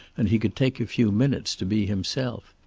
and he could take a few minutes to be himself.